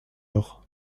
mœurs